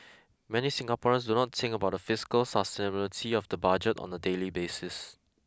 many Singaporeans do not think about the fiscal sustainability of the budget on the daily basis